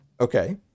Okay